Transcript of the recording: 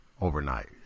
overnight